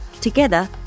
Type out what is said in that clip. Together